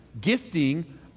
gifting